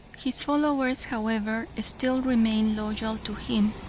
his followers, however, still remain loyal to him,